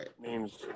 names